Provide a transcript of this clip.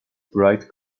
bright